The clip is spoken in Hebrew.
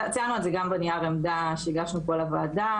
שציינו על זה גם בנייר עמדה, שהגשנו פה לוועדה